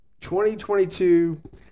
2022